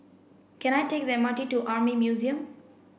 can I take the M R T to Army Museum